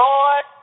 Lord